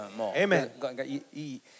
Amen